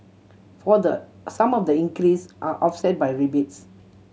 further some of the increase are offset by rebates